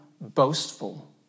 boastful